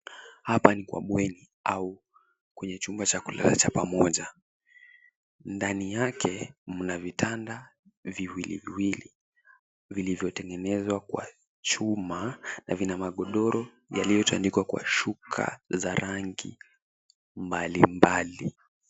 Hapa ni kwa bweni au kwenye chumba cha kulala cha pamoja. Ndani yake mna vitanda viwili viwili vilivyotegenezwa kwa chuma na vina magodoro yalitandikwa kwa shuka mbalimbali.